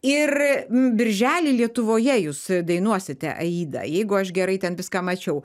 ir birželį lietuvoje jūs dainuosite aidą jeigu aš gerai ten viską mačiau